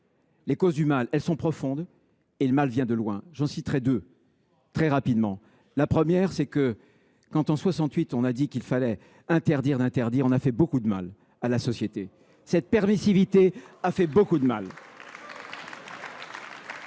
les causes du mal. Elles sont profondes, et le mal vient de loin. J’en citerai deux. La première, c’est que lorsque, en 1968, on a dit qu’il fallait « interdire d’interdire », on a fait beaucoup de mal à la société. Cette permissivité a fait beaucoup de mal.